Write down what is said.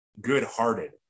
good-hearted